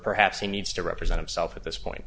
perhaps he needs to represent himself at this point